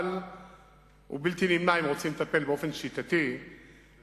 אבל הוא בלתי נמנע אם רוצים לטפל באופן שיטתי בנושא.